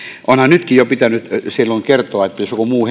onhan nytkin jo pitänyt kertoa jos joku muu